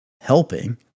helping